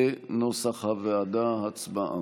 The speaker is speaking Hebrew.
כנוסח הוועדה, הצבעה.